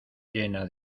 llena